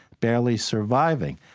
barely surviving.